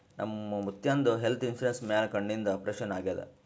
ನಮ್ ಮುತ್ಯಾಂದ್ health insurance ಮ್ಯಾಲ ಕಣ್ಣಿಂದ್ ಆಪರೇಷನ್ ಆಗ್ಯಾದ್